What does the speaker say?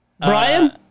Brian